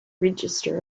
register